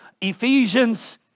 Ephesians